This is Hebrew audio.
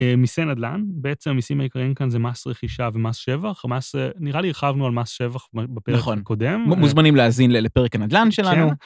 מיסי נדלן, בעצם המיסים העיקריים כאן זה מס רכישה ומס שבח, נראה לי הרחבנו על מס שבח בפרק הקודם. נכון, מוזמנים להאזין לפרק הנדלן שלנו.